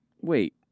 Wait